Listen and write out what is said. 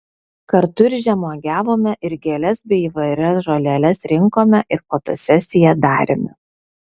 kartu ir žemuogiavome ir gėles bei įvairias žoleles rinkome ir fotosesiją darėme